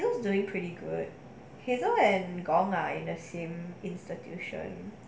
hazel is doing pretty good hazel and gong mai in the same institution